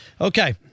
Okay